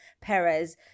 Perez